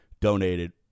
donated